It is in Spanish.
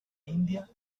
india